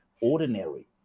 ordinary